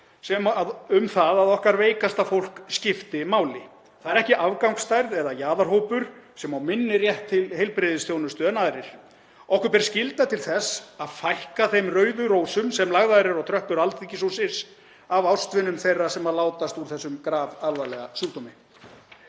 um það að okkar veikasta fólk skipti máli. Það er ekki afgangsstærð eða jaðarhópur sem á minni rétt til heilbrigðisþjónustu en aðrir. Okkur ber skylda til þess að fækka þeim rauðu rósum sem lagðar eru á tröppur Alþingishússins af ástvinum þeirra sem látast úr þessum grafalvarlega sjúkdómi.